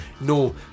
no